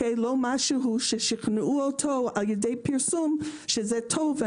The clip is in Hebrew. לא משהו ששכנעו אותו על ידי פרסום שזה טוב,